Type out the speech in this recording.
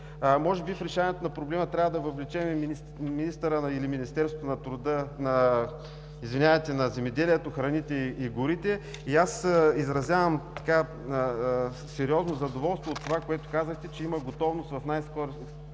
Може би в решаването на проблема трябва да въвлечем и министъра или Министерството на земеделието, храните и горите. Аз изразявам сериозно задоволство от това, което казахте, че има готовност в най